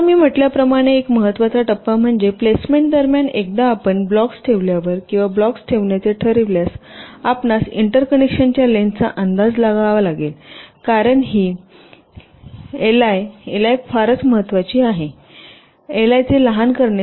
आता मी म्हटल्याप्रमाणे एक महत्त्वाचा टप्पा म्हणजे प्लेसमेंट दरम्यान एकदा आपण ब्लॉक्स ठेवल्यावर किंवा ब्लॉक्स ठेवण्याचे ठरविल्यास आपणास इंटरकनेक्शनच्या लेन्थचा अंदाज लागावा लागेल कारण ही ली ली फारच महत्वाची आहे लीचे लहान करणे